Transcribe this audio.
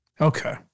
Okay